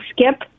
skip